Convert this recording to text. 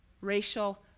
racial